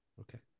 Okay